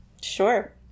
sure